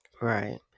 Right